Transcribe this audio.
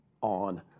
on